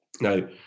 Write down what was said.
now